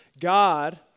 God